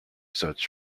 such